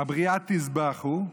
הבריאה תזבחו,